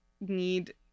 need